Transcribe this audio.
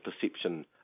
perception